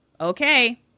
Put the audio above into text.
okay